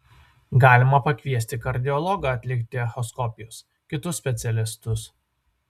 galima pakviesti kardiologą atlikti echoskopijos kitus specialistus